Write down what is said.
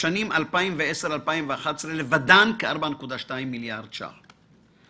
בשנים 2010,2011 לבדן כ-4.2 מיליארד ש"ח.